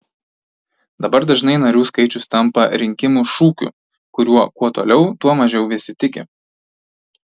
dabar dažnai narių skaičius tampa rinkimų šūkiu kuriuo kuo toliau tuo mažiau visi tiki